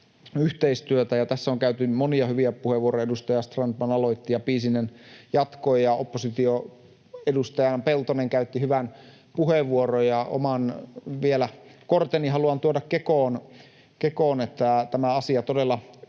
Tässä on käytetty monia hyviä puheenvuoroja. Edustaja Strandman aloitti, ja Piisinen jatkoi, ja opposition edustaja Peltonen käytti hyvän puheenvuoron. Vielä oman korteni haluan tuoda kekoon, niin että tämä asia todella